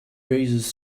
raises